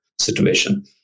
situation